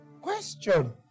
Question